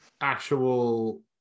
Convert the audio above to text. actual